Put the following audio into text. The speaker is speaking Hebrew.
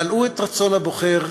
מלאו את רצון הבוחר,